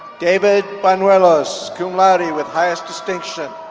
david banuelos, cum laude with highest distinction.